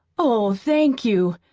oh, thank you!